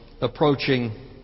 approaching